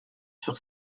sur